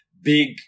big